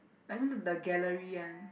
I went to the gallery one